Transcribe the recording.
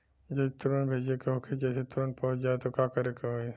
जदि तुरन्त भेजे के होखे जैसे तुरंत पहुँच जाए त का करे के होई?